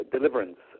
Deliverance